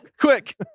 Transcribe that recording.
Quick